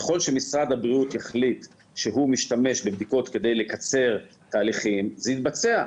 ככל שמשרד הבריאות יחליט שהוא משתמש בבדיקות כדי לקצר תהליכים זה יתבצע.